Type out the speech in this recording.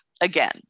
again